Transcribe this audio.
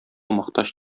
мохтаҗ